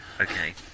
Okay